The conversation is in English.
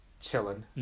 chilling